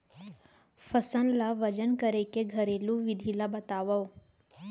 फसल ला वजन करे के घरेलू विधि ला बतावव?